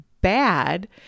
bad